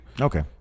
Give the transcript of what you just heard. Okay